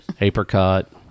Apricot